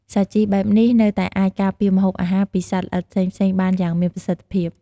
សាជីបែបនេះនៅតែអាចការពារម្ហូបអាហារពីសត្វល្អិតផ្សេងៗបានយ៉ាងមានប្រសិទ្ធភាព។